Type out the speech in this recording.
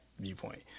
viewpoint